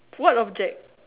what object